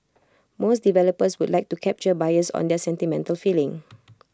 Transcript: most developers would like to capture buyers on their sentimental feeling